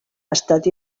estat